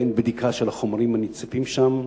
אם אין בדיקה של החומרים הנמצאים שם,